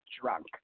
drunk